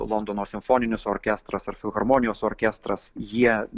londono simfoninis orkestras ar filharmonijos orkestras jie